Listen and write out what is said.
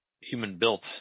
human-built